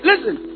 Listen